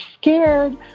scared